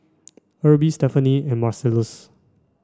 Erby Stephaine and Marcellus